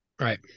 Right